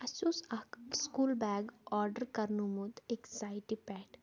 اَسہٕ اوس اَکھ سکوٗل بیگ آڈَر کَرنومُت اَکہِ سایٹہِ پٮ۪ٹھ